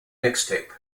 mixtape